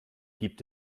gibt